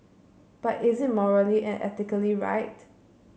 but is it morally and ethically right